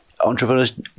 Entrepreneurs